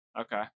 Okay